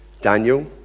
Daniel